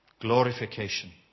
Glorification